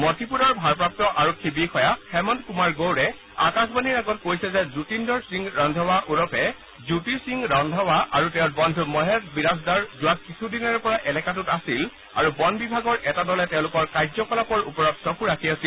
মতিপুৰৰ ভাৰপ্ৰাপ্ত আৰক্ষী বিষয়া হেমন্ত কুমাৰ গৌড়ে আকাশবাণীৰ আগত কৈছে যে জ্যোতিন্দৰ সিং ৰন্ধাৱা ওৰফে জ্যোতি সিং ৰন্ধাৱা আৰু তেওঁৰ বন্ধু মহেশ বিৰাজদাৰ যোৱা কিছুদিনৰে পৰা এলেকাটোত আছিল আৰু বন বিভাগৰ এটা দলে তেওঁলোকৰ কাৰ্যকলাপৰ ওপৰত চকু ৰাখি আছিল